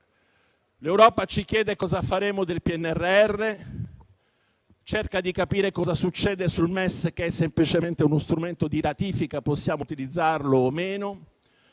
guarda, ci chiede cosa faremo del PNRR, cerca di capire cosa succede sul MES, che è semplicemente uno strumento di ratifica, che possiamo utilizzare o no,